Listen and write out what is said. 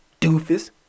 Doofus